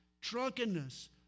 drunkenness